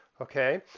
okay